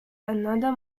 another